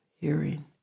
hearing